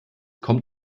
kommt